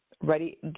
ready